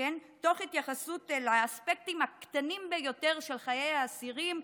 תוך התייחסות לאספקטים הקטנים ביותר של חיי האסירים,